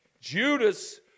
Judas